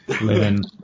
living